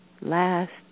last